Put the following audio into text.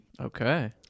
Okay